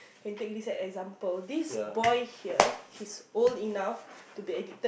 can take this as an example this boy here his old enough to be addicted